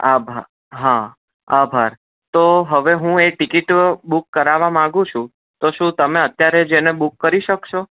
આભાર હા આભાર તો હવે હું એ ટિકિટ બૂક કરવા માંગુ છુ તો શું તમે અત્યારે જ એને બૂક કરી શકશો